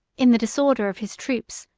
in the disorder of his troops,